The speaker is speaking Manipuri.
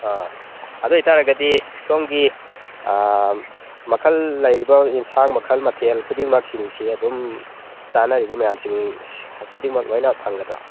ꯑꯥ ꯑꯗꯨ ꯑꯣꯏꯇꯔꯗꯤ ꯁꯣꯝꯒꯤ ꯑꯥ ꯃꯈꯜ ꯂꯩꯔꯤꯕ ꯑꯦꯟꯁꯥꯡ ꯃꯈꯜ ꯃꯊꯦꯜ ꯈꯨꯗꯤꯡꯃꯛꯁꯤꯡꯁꯤ ꯑꯗꯨꯝ ꯆꯥꯅꯔꯤꯕ ꯃꯌꯥꯝꯁꯤꯡ ꯈꯨꯗꯤꯡꯃꯛ ꯂꯣꯏꯅ ꯐꯪꯒꯗ꯭ꯔꯣ